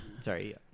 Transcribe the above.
Sorry